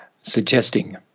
suggesting